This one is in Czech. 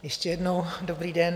Ještě jednou dobrý den.